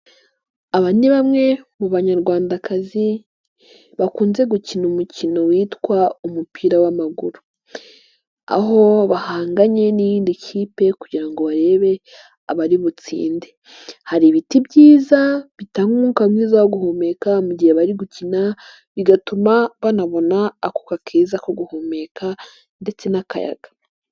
Aba ni bamwe mu Banyarwandakazi bakunze gukina umukino witwa umupira w'amaguru, aho bahanganye n'iyindi kipe kugira ngo barebe abaributsinde, hari ibiti byiza bitanga umwuka mwiza wo guhumeka mu gihe bari gukina, bigatuma banabona akuka keza ko guhumeka ndetse n'akayaga.